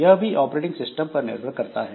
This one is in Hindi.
यह भी ऑपरेटिंग सिस्टम पर निर्भर करता है